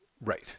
Right